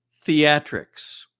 theatrics